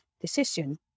decision